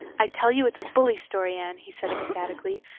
i tell you it's a bully story, anne, he said ecstatically.